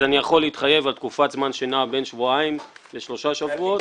יכול להתחייב על תקופת זמן שנעה בין שבועיים לשלושה שבועות.